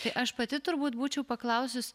tai aš pati turbūt būčiau paklausus